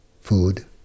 food